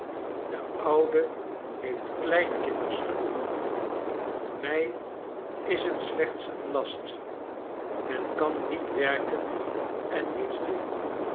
de oude heeft kleinkinders genoeg mij is het slechts een last men kan niet werken en niets doen